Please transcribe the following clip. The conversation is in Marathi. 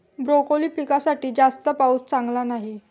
ब्रोकोली पिकासाठी जास्त पाऊस चांगला नाही